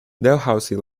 dalhousie